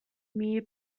mere